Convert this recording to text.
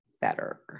better